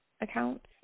accounts